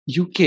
UK